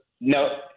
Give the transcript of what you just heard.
No